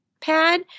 pad